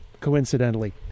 Coincidentally